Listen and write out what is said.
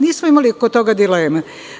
Nismo imali oko toga dileme.